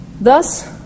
Thus